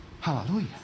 Hallelujah